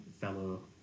fellow